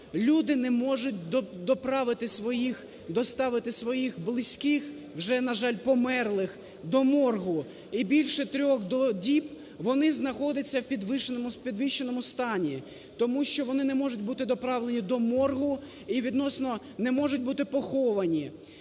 своїх, доставити своїх близьких, вже, на жаль, померлих до моргу і більше трьох діб вони знаходяться в підвищеному стані, тому що вони не можуть бути доправлені до моргу і відносно не можуть бути поховані.